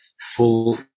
full